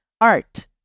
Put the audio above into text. art